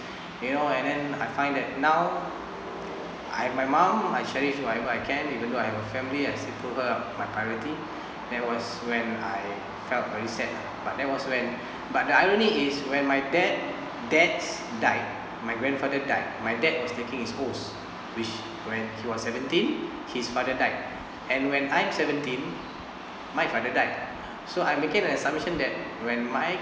you know and then I find that now I have my mom I share with her whatever I can even though I have a family I said to her my priority that was when I felt very sad ah but that was when but the irony is when my dad's dad died my grandfather died my dad was taking his Os which when he was seventeen his father died and when I am seventeen my father died so I am making an assumption that when my